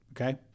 Okay